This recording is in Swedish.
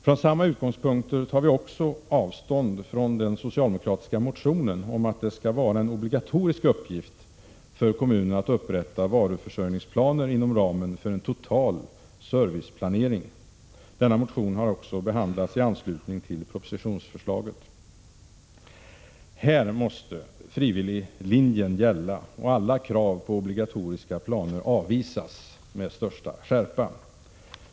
Från samma utgångspunkter tar vi också avstånd från den socialdemokratiska motionen om att det skall vara en obligatorisk uppgift för kommunerna att upprätta varuförsörjningsplaner inom ramen för en total serviceplanering — motionen har behandlats i anslutning till propositionsförslaget. Här måste frivilliglinjen gälla, och alla krav på obligatoriska planer avvisas med största skärpa.